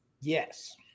Yes